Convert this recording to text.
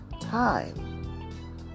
time